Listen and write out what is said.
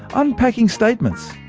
unpacking statements,